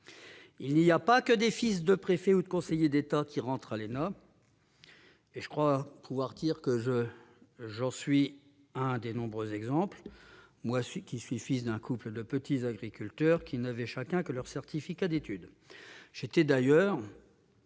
Il n'y a pas que des fils de préfets ou de conseillers d'État qui entrent à l'ENA, et je crois pouvoir dire que j'en suis un des nombreux exemples, moi qui suis le fils d'un couple de petits agriculteurs n'ayant chacun que leur certificat d'études. J'étais d'ailleurs